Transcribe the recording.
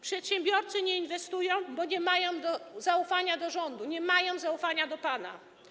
Przedsiębiorcy nie inwestują, bo nie mają zaufania do rządu, nie mają zaufania do pana.